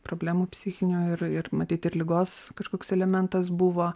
problemų psichinių ir ir matyt ir ligos kažkoks elementas buvo